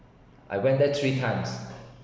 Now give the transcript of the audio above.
I went there three times